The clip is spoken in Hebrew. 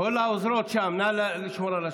נגד יעקב ליצמן, בעד גבי לסקי, אינה נוכחת יאיר